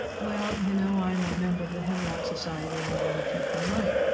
well, you know, i'm a member of the hemlock society, and i want to take my life.